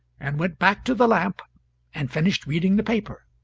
and went back to the lamp and finished reading the paper